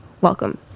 welcome